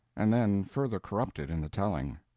and then further corrupted in the telling.